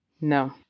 No